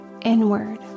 inward